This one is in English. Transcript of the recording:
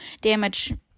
damage